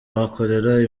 bakora